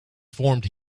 formed